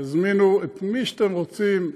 תזמינו את מי שאתם רוצים,